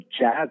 jazz